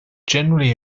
generally